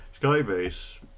Skybase